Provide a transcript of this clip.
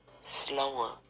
slower